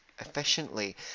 efficiently